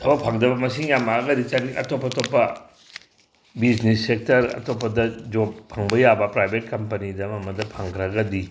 ꯊꯕꯛ ꯐꯪꯗꯕ ꯃꯁꯤꯡ ꯌꯥꯝꯃꯛꯑꯒꯗꯤ ꯑꯇꯣꯞ ꯑꯇꯣꯞꯄ ꯕꯤꯖꯤꯅꯦꯁ ꯁꯦꯛꯇꯔ ꯑꯇꯣꯞꯄꯗ ꯖꯣꯕ ꯐꯪꯕ ꯌꯥꯕ ꯄ꯭ꯔꯥꯏꯕꯦꯠ ꯀꯝꯄꯅꯤꯗ ꯑꯃ ꯑꯃꯗ ꯐꯪꯈ꯭ꯔꯒꯗꯤ